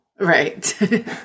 right